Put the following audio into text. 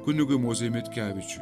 kunigui mozei mitkevičiui